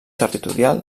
territorial